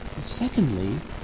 Secondly